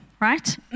right